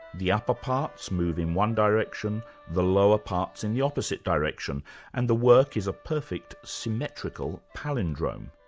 the upper parts move in one direction the lower parts in the opposite direction and the work is a perfect symmetrical palindrome.